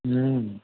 हूँ